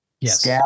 Yes